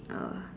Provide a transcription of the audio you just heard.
oh